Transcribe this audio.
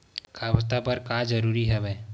खाता का बर जरूरी हवे?